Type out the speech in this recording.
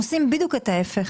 אתם עושים בדיוק את ההיפך.